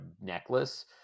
necklace